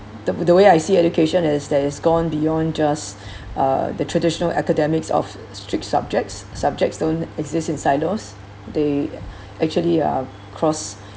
the the way I see education is that it's gone beyond just uh the traditional academics of strict subjects subjects don't exist in silos they actually uh cross